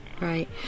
Right